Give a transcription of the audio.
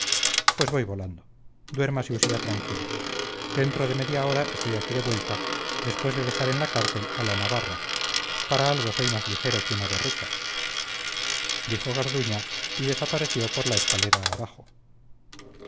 pues voy volando duérmase usía tranquilo dentro de media hora estoy aquí de vuelta después de dejar en la cárcel a la navarra para algo soy más ligero que una borrica dijo garduña y desapareció por la escalera abajo